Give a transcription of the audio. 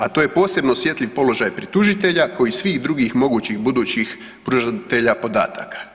A to je posebno osjetljiv položaj pri tužitelja kao i svih drugih mogućih budućih pružatelja podataka.